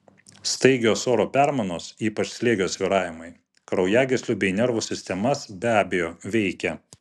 staigios oro permainos ypač slėgio svyravimai kraujagyslių bei nervų sistemas be abejo veikia